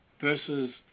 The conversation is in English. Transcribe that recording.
versus